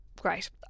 Great